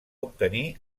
obtenir